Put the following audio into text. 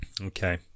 okay